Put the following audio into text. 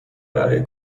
برای